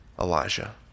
Elijah